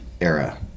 era